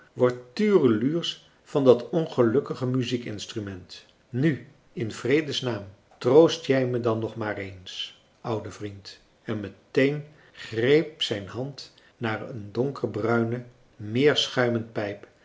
word tureluursch van dat ongelukkige muziekinstrument nu in vredesnaam troost jij me dan nog maar eens oude vriend en meteen greep zijn hand naar een donkerbruine meerschuimen pijp